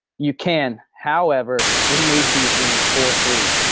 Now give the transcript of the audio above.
you can, however, remove these units for free.